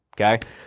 Okay